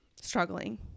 struggling